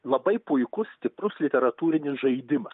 labai puikus stiprus literatūrinis žaidimas